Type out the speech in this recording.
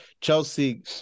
Chelsea